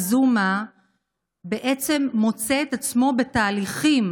מוצא את עצמו בתהליכים